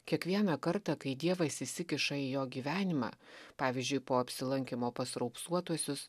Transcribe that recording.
kiekvieną kartą kai dievas įsikiša į jo gyvenimą pavyzdžiui po apsilankymo pas raupsuotuosius